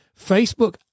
Facebook